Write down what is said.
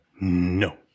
No